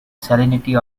salinity